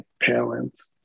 parents